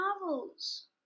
novels